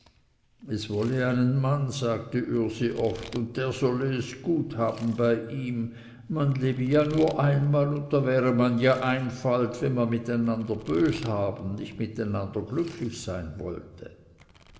es wolle einen mann sagte ürsi oft und der solle es gut haben bei ihm man lebe ja nur einmal und da wäre man ja einfalt wenn man miteinander bös haben nicht miteinander glücklich sein wollte